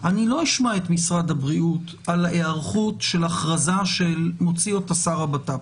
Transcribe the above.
לא אשמע את משרד הבריאות על ההיערכות של הכרזה שמוציא שר הבט"פ.